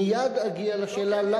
מייד אגיע לשאלה.